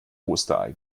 osterei